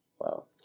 Wow